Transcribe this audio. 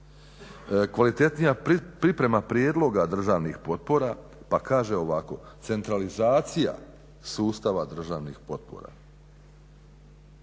Kvalitetnija priprema prijedloga državnih potpora pa kaže ovako, centralizacija sustava državnih potpora.